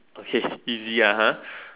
okay easy ah ha